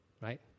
right